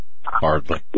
Hardly